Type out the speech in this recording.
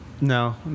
No